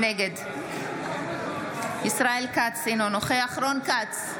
נגד ישראל כץ, אינו נוכח רון כץ,